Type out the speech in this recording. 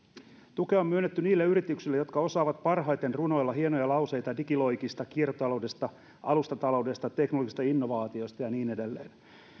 tukea on myönnetty niille yrityksille jotka osaavat parhaiten runoilla hienoja lauseita digiloikista kiertotaloudesta alustataloudesta teknologisista innovaatioista ja niin edelleen